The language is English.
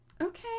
okay